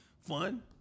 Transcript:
fun